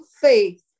faith